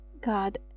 God